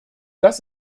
das